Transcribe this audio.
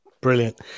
brilliant